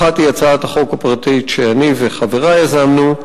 אחת היא הצעת החוק הפרטית שאני וחברי יזמנו,